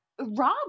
Rob